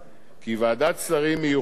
כי ועדת שרים מיוחדת